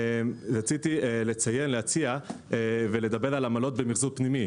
רציתי להציע ולדבר על עמלות במיחזור פנימי.